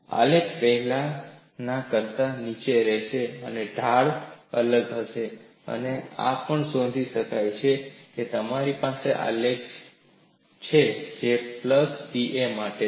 આલેખ પહેલાના કરતા નીચે રહેશે ઢાળ અલગ હશે અને આ પણ નોધી શકાય છે અને તમારી પાસે આલેખ છે જે પ્લસ da માટે છે